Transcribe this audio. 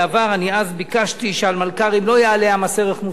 אני אז ביקשתי שעל מלכ"רים לא יעלה המס ערך מוסף,